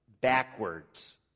backwards